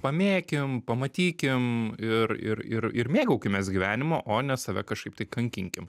pamėkim pamatykim ir ir ir ir mėgaukimės gyvenimu o ne save kažkaip tai kankinkim